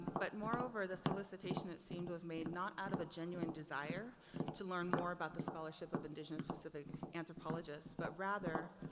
but moreover the solicitation it seemed was made not out of a genuine desire to learn more about the scholarship of indigenous pacific anthropologists, but rather,